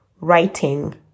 writing